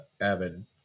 Avid